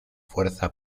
fuerza